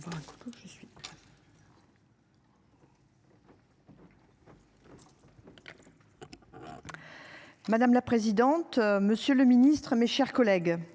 Madame la présidente. Monsieur le Ministre, mes chers collègues,